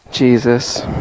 Jesus